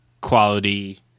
quality